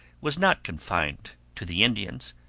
was not confined to the indians.